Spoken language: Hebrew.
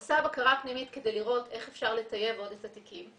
היא עושה בקרה פנימית כדי לראות איך היא יכולה לטייב עוד את התיקים.